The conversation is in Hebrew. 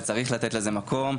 וצריך לתת לזה מקום.